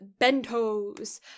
bentos